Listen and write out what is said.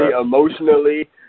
emotionally